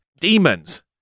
demons